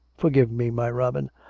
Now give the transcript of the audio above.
forgive me, my robin.